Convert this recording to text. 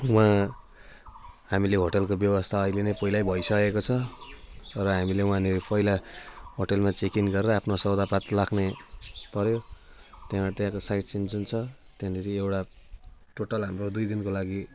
वहाँ हामीले होटेलको व्यवस्था अहिले नै पहिल्यै भइसकेको छ र हामीले वहाँनेरि पहिला होटेलमा चाहिँ चेक इन गरेर आफ्नो सौधापात लाग्ने पऱ्यो त्यहाँबाट त्यहाँको साइट सिइङ जुन छ त्यहाँनेरि एउटा टोटल हाम्रो दुई दिनको लागि